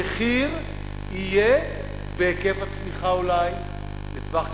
המחיר יהיה אולי בהיקף הצמיחה לטווח קצר,